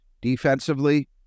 Defensively